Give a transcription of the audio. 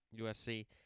USC